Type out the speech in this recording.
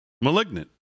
malignant